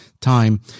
time